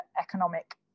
economic